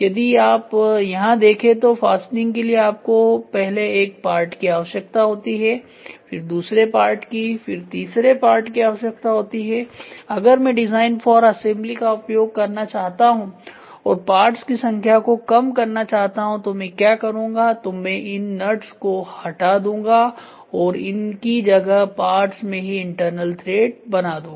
यदि आप यहाँ देखें तो फासनिंग के लिए आपको पहले एक पार्ट की आवश्यकता होती है फिर दूसरे पार्ट की फिर तीसरे पार्ट की आवश्यकता होती है अगर मैं डिजाइन फॉर असेंबली का उपयोग करना चाहता हूं और पार्ट्स की संख्या को कम करना चाहता हूं तो मैं क्या करूंगा तो मैं इन नट्स को हटा दूंगा और इनकी जगह पार्ट्स में ही इंटरनल थ्रेड बना दूंगा